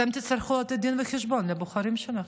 אתם תצטרכו לתת דין וחשבון לבוחרים שלכם.